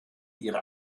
ihre